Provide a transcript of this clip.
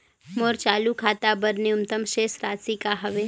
मोर चालू खाता बर न्यूनतम शेष राशि का हवे?